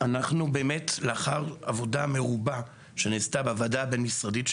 לאחר עבודה מרובה שנעשתה בוועדה הבין-משרדית,